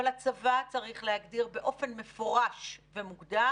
אבל הצבא צריך להגדיר באופן מפורש מי